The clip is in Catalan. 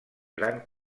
gran